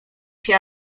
się